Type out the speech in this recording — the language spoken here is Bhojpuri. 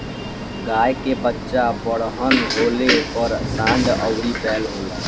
गाय के बच्चा बड़हन होले पर सांड अउरी बैल होला